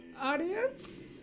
audience